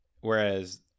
Whereas